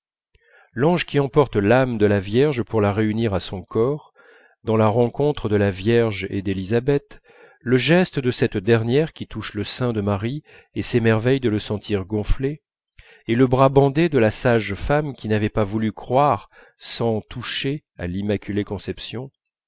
l'ange qui emporte l'âme de la vierge pour la réunir à son corps dans la rencontre de la vierge et d'élisabeth le geste de cette dernière qui touche le sein de marie et s'émerveille de le sentir gonflé et le bras bandé de la sage-femme qui n'avait pas voulu croire sans toucher à